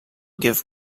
give